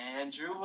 Andrew